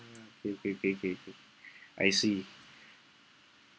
okay okay okay okay I see